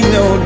no